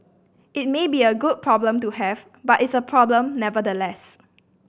it may be a good problem to have but it's a problem nevertheless